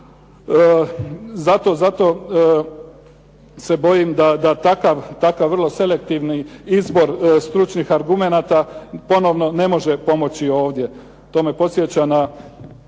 Zato se bojim da takav vrlo selektivni izbor stručnih argumenata ponovno ne može pomoći ovdje. To me podsjeća na